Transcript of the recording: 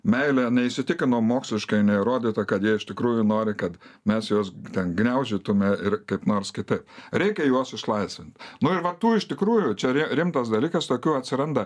meilė neįsitikino moksliškai neįrodyta kad jie iš tikrųjų nori kad mes juos ten gniaužytume ir kaip nors kitaip reikia juos išlaisvint nu ir va tų iš tikrųjų čia rimtas dalykas tokių atsiranda